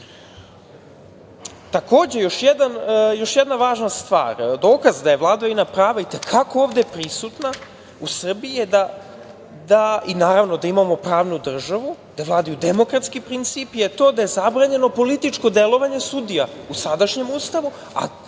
još jedna važna stvar, dokaz da je vladavina prava i te kako ovde u Srbiji prisutna i da imamo pravnu državu, da vladaju demokratski principi je to da je zabranjeno političko delovanje sudija u sadašnjem Ustavu,